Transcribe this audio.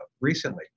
recently